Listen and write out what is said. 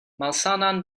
malsanan